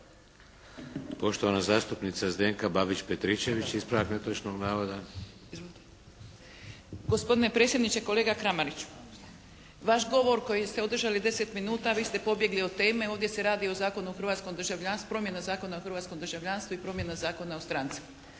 Poštovana zastupnica Zdenka Babić Petrićević, ispravak netočnog navoda. **Babić-Petričević, Zdenka (HDZ)** Gospodine predsjedniče! Kolega Kramariću, vaš govor koji ste održali 10 minuta, vi ste pobjegli od teme. Ovdje se radi o Zakonu o hrvatskom državljanstvu, promjena Zakona o hrvatskom